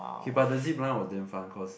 okay but the zip line was damn fun cause